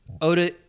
oda